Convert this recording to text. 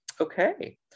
okay